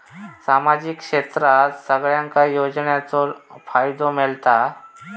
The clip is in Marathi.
सामाजिक क्षेत्रात सगल्यांका योजनाचो फायदो मेलता?